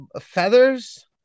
feathers